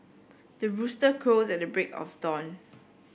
the rooster crows at the break of dawn